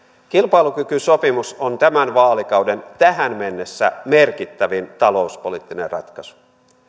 kilpailukykysopimus on tämän vaalikauden tähän mennessä merkittävin talouspoliittinen ratkaisu